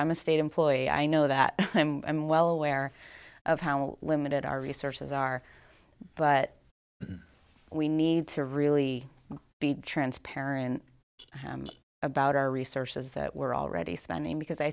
i'm a state employee i know that i'm well aware of how limited our resources are but we need to really be transparent about our resources that we're already spending because i